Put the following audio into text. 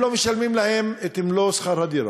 לא משלמים להם את מלוא שכר הדירה.